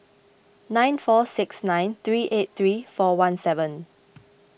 nine four six nine three eight three four one seven